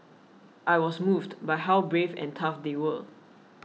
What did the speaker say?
I was moved by how brave and tough they were